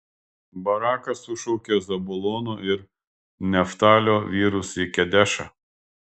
barakas sušaukė zabulono ir neftalio vyrus į kedešą